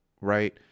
right